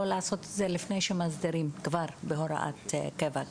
לעשות את זה לפני שמסדירים כבר בהוראת קבע?